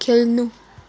खेल्नु